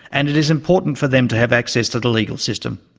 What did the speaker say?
and it is important for them to have access to the legal system.